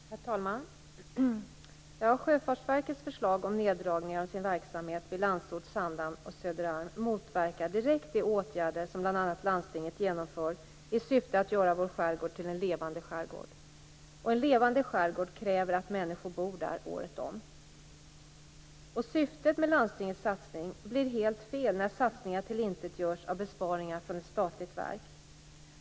Herr talman! Sjöfartsverkets förslag om neddragningar av verksamhet vid Landsort, Sandhamn och Söderarm motverkar direkt de åtgärder som bl.a. landstinget genomför i syfte att åstadkomma en levande skärgård. För en levande skärgård krävs att människor bor i den året om. Syftet med landstingets satsning kan omintetgöras av besparingar i ett statligt verk.